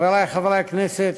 חברי חברי הכנסת,